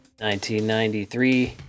1993